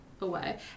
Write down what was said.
Away